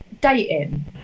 dating